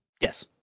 Yes